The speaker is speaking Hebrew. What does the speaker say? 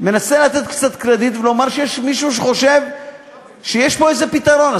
מנסה לתת קצת קרדיט ולומר שיש מישהו שחושב שיש פה פתרון כלשהו.